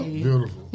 Beautiful